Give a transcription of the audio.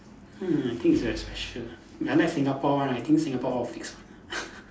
ah I think is very special unlike Singapore one I think Singapore all fixed one